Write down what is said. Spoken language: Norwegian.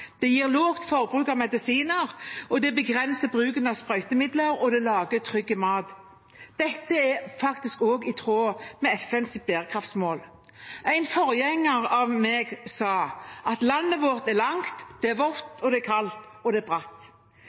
Det gir lavt forbruk av medisiner, det begrenser bruken av sprøytemidler, og det lager trygg mat. Dette er også i tråd med FNs bærekraftsmål. En forgjenger av meg sa at landet vårt er langt, det er vått, det er kaldt, og det er bratt.